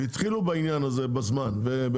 שהם התחילו באמת בעניין הזה בזמן ובאמת